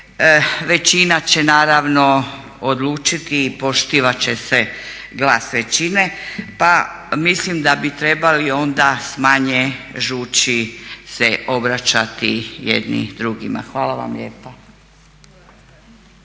Većina će naravno odlučiti i poštivat će se glas većine, pa mislim da bi trebali onda s manje žuči se obraćati jedni drugima. Hvala vam lijepa.